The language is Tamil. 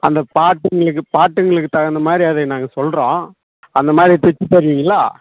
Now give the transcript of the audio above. அந்த பாட்டுகளுக்கு பாட்டுகளுக்கு தகுந்த மாதிரி அதை நாங்கள் சொல்கிறோம் அந்த மாதிரி தைச்சி தருவீங்களா